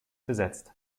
besetzt